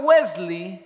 Wesley